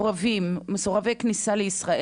מסורבי הכניסה לישראל,